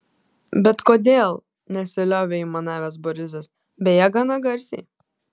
bet kodėl nesiliovė aimanavęs borisas beje gana garsiai